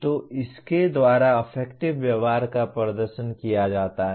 तो इसके द्वारा अफेक्टिव व्यवहार का प्रदर्शन किया जाता है